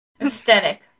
Aesthetic